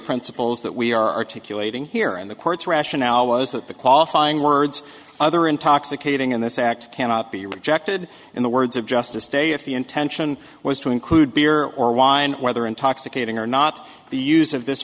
principles that we are articulating here in the court's rationale was that the qualifying words other intoxicating in this act cannot be rejected in the words of justice day if the intention was to include beer or wine whether intoxicating or not the use of this